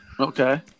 Okay